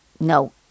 No